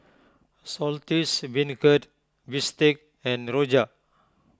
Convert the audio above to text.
Saltish Beancurd Bistake and Rojak